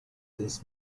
this